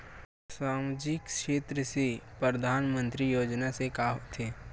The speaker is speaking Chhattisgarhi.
सामजिक क्षेत्र से परधानमंतरी योजना से का होथे?